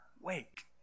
wake